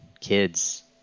kids